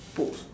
put